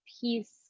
peace